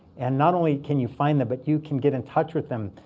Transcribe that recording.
and not only can you find them, but you can get in touch with them.